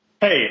Hey